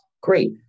Great